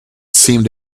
seemed